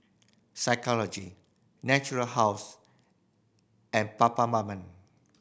Physiogel Natura House and Peptamen